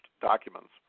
documents